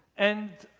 and